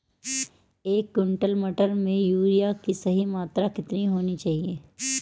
एक क्विंटल मटर में यूरिया की सही मात्रा कितनी होनी चाहिए?